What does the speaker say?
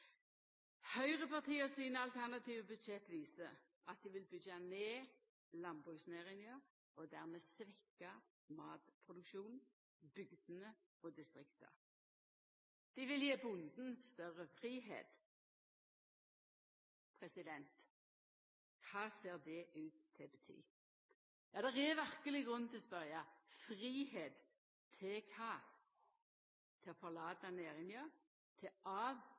Høgrepartia sine alternative budsjett viser at dei vil byggja ned landbruksnæringa og dermed svekkja matproduksjonen, bygdene og distrikta. Dei vil gje bonden større fridom. Kva ser det ut til å bety? Det er verkeleg grunn til å spørja: fridom til kva? Jo, til å forlata næringa, avvikla landbruket og selja jorda til